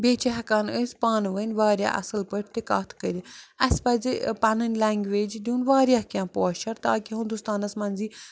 بیٚیہِ چھِ ہٮ۪کان أسۍ پانہٕ ؤنۍ واریاہ اَصٕل پٲٹھۍ تہِ کَتھ کٔرِتھ اَسہِ پَزِ پَنٕنۍ لینٛگویج دیُن واریاہ کینٛہہ پوچر تاکہِ ہُندوستانس منٛز یی